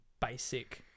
basic